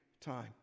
time